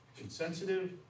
insensitive